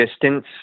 distance